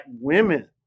women